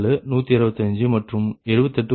44 125 மற்றும் 78